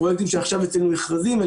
פרויקטים שעכשיו יוצאים למכרזים,